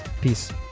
peace